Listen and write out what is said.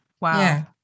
wow